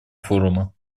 форума